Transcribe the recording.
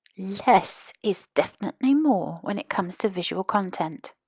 less is definitely more when it comes to visual content.